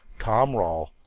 tom rawle,